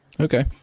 Okay